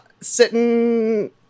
sitting